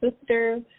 sister